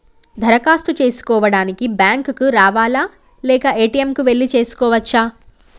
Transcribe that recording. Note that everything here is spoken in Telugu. దరఖాస్తు చేసుకోవడానికి బ్యాంక్ కు రావాలా లేక ఏ.టి.ఎమ్ కు వెళ్లి చేసుకోవచ్చా?